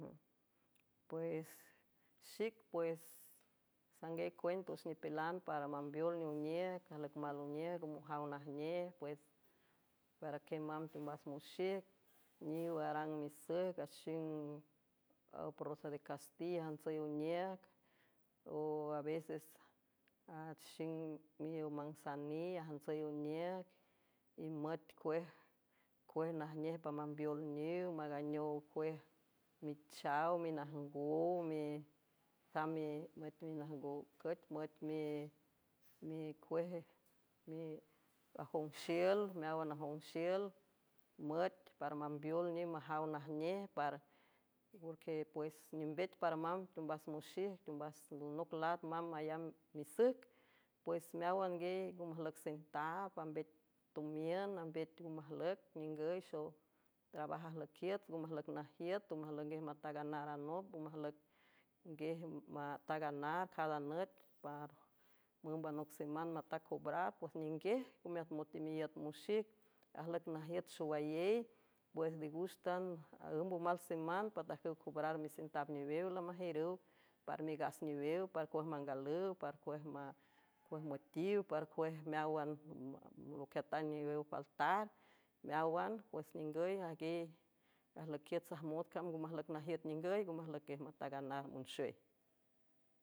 Pues xic pues sanguiay cuent wüx nipilan para mambeol nijoniüc ajlüic mal oniiüc ngo mojaw najnej ues paraquiej mamb teombas moxic niw arang misüjc axing aproza de castíl ajantsüy oniüc o a veses a xing miowmansaniw ajantsüy oniüc y mütejcuej najnej pamambeol niw maaganeow cuej michaw minajngow tamb imüt minajngow cüch müiajong xiül meáwan ajong xiül müet para mambeol niw majaw najnej parporqe pues nimbech para mamb teombas moxijc teombas anoc laat mamb mayamb misüjc pues meáwan guey ngo majlüc centaab ambet tomiün ambet nomajlüc ningüy xw trabaj ajlüiquiüts ngo majlüc najiüt o majlünguej mataaganar anop omajlücnguiej mataaganar cada nüt par mümb anoc siman matac obrar pues ninguiej ncomeatmotiw miíüt moxic ajlüc najiüt xowayey pues ndegǘxtan aǘmb omal siman patajcüw cobrar micentap newew lamajiürüw para megas niwew parcuej mangalüw parejcuej metiw parcuej meáwan loquiütaw niwew paltar meáwan pues ningüy e ajlüiquiüt sajmot cam ngo majlüc najiüt ningüy ngo majlüquiej mataag anar monxey.